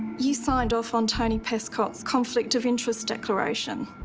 you signed off on tony pescott's conflict of interest declaration.